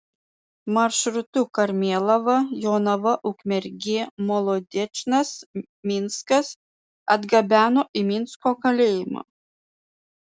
maršrutu karmėlava jonava ukmergė molodečnas minskas atgabeno į minsko kalėjimą